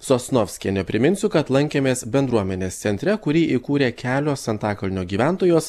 sosnovskienė priminsiu kad lankėmės bendruomenės centre kurį įkūrė kelios antakalnio gyventojos